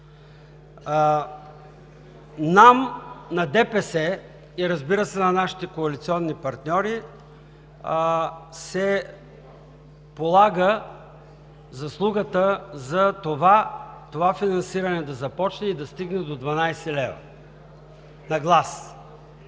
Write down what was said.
Нам – на ДПС и, разбира се, на нашите коалиционни партньори се полага заслугата това финансиране да започне и да стигне до 12 лв. на глас.